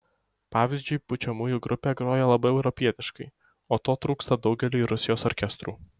pavyzdžiui pučiamųjų grupė groja labai europietiškai o to trūksta daugeliui rusijos orkestrų